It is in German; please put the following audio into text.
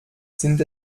sind